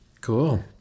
Cool